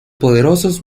poderosos